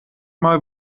mal